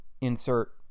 insert